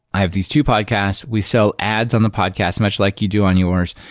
i have these two podcasts. we sell ads on the podcasts, much like you do on yours.